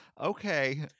Okay